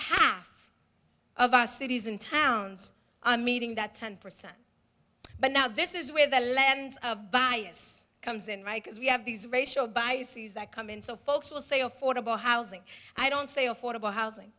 half of our cities and towns meeting that ten percent but now this is where the lens of bias comes in right because we have these racial biases that come in so folks will say affordable housing i don't say affordable housing